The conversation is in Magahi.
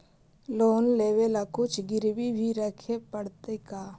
लोन लेबे ल कुछ गिरबी भी रखे पड़तै का?